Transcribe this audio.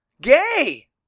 Gay